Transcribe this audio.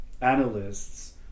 analysts